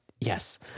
yes